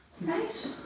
Right